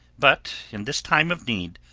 but in this time of need,